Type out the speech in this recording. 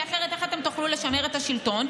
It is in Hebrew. כי אחרת איך תוכלי לשמר את השלטון?